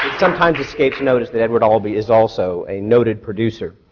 sometimes escapes notice that edward ah albee is also a noted producer.